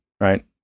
right